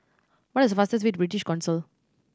what is the fastest way to British Council